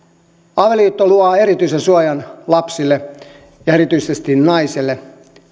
avioliitto luo erityisen suojan lapsille ja erityisesti naiselle